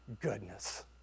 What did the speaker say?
goodness